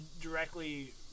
directly